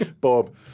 Bob